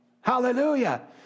Hallelujah